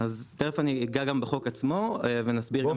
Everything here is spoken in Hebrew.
אז תכף אני אגע גם בחוק עצמו ואני אסביר.